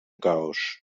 caos